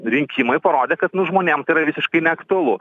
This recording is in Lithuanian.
rinkimai parodė kad nu žmonėm tai yra visiškai neaktualu